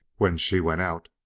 when she went out,